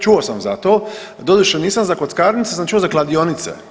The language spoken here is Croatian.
Čuo sam zato, doduše nisam za kockarnicu ali sam čuo za kladionice.